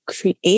create